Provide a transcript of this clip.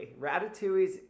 Ratatouille's